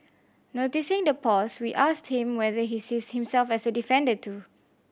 noticing the pause we asked him whether he sees himself as a defender too